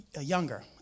younger